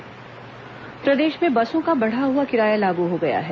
बस किराया प्रदेश में बसों का बढ़ा हुआ किराया लागू हो गया है